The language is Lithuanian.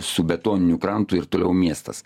su betoniniu krantu ir toliau miestas